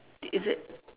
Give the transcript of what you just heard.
is it